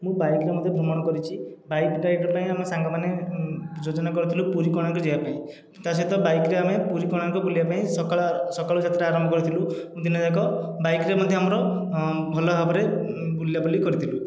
ମୁଁ ବାଇକ୍ରେ ମଧ୍ୟ ଭ୍ରମଣ କରିଛି ବାଇକ୍ରେ ଗୋଟେ ଆମେ ସାଙ୍ଗମାନେ ଯୋଜନା କରିଥିଲୁ ପୁରୀ କୋଣାର୍କ ଯିବାପାଇଁ ତା ସହିତ ବାଇକ୍ରେ ଆମେ ପୁରୀ କୋଣାର୍କ ବୁଲିବା ପାଇଁ ସକାଳ ସକାଳ ଯାତ୍ରା ଆରମ୍ଭ କରିଥିଲୁ ଦିନ ଯାକ ବାଇକ୍ରେ ମଧ୍ୟ ଆମର ଭଲ ଭାବରେ ବୁଲାବୁଲି କରିଥିଲୁ